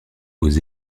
aux